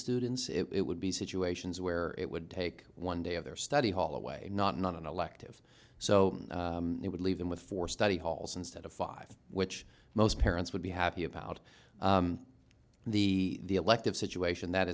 students it would be situations where it would take one day of their study hall away not non elective so they would leave them with four study halls instead of five which most parents would be happy about the elective situation that